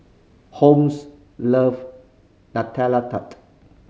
Homes love Nutella Tart